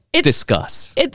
discuss